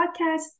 podcast